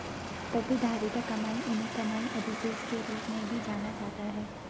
प्रतिधारित कमाई उन्हें कमाई अधिशेष के रूप में भी जाना जाता है